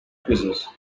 quizzes